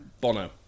Bono